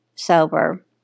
sober